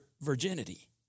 virginity